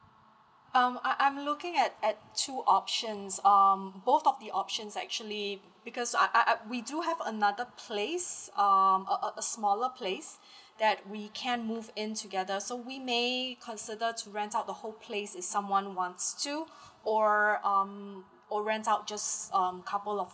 um I'm I'm looking at at two options um both of the options are actually because uh I I we do have another place um a a a smaller place that we can move in together so we may consider to rent out the whole place if someone wants to or um or rent out just um couple of